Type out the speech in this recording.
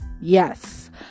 Yes